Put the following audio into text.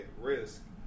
risk